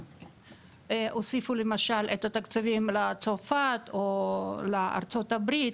הוסיפו למשל את התקציבים לצרפת או לארצות הברית,